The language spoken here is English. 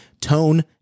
tone